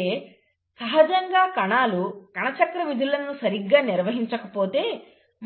ఎందుకంటే సహజంగా కణాలు కణచక్రం విధులను సరిగ్గా నిర్వహించకపోతే